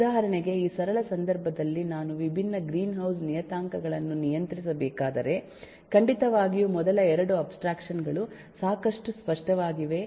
ಉದಾಹರಣೆಗೆ ಈ ಸರಳ ಸಂದರ್ಭದಲ್ಲಿ ನಾನು ವಿಭಿನ್ನ ಗ್ರೀನ್ ಹೌಸ್ ನಿಯತಾಂಕಗಳನ್ನು ನಿಯಂತ್ರಿಸಬೇಕಾದರೆ ಖಂಡಿತವಾಗಿಯೂ ಮೊದಲ 2 ಅಬ್ಸ್ಟ್ರಾಕ್ಷನ್ ಗಳು ಸಾಕಷ್ಟು ಸ್ಪಷ್ಟವಾಗಿವೆ